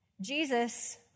Jesus